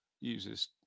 uses